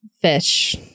fish